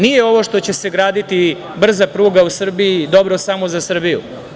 Nije ovo što će se graditi brza pruga u Srbiji dobro samo za Srbiju.